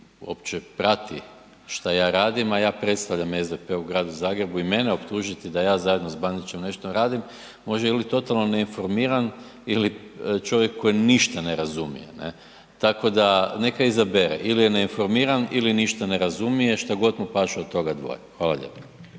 opće prati šta ja radim a ja predstavljam SDP u gradu Zagrebu i mene optužiti da ja zajedno sa Bandićem nešto radim može ili totalno neinformiran ili čovjek koji ništa ne razumije. Tako da neka izabere ili je neinformiran ili ništa ne razumije, što god mu paše od toga dvoje. Hvala lijepa.